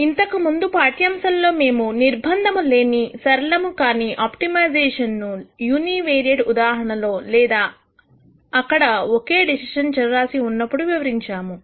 ఇంతకుముందు పాఠ్యాంశంలో మేము నిర్బంధము లేని సరళము కాని ఆప్టిమైజేషన్ ను యూనివేరియేట్ ఉదాహరణలో లేదా అక్కడ ఒకే డెసిషన్ చరరాశి ఉన్నప్పుడు వివరించాము